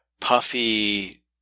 puffy